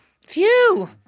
Phew